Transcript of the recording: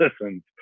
listen